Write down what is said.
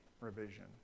revision